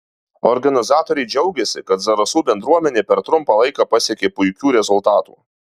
organizatoriai džiaugėsi kad zarasų bendruomenė per trumpą laiką pasiekė puikių rezultatų